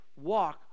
walk